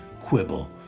quibble